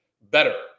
better